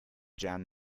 jeanne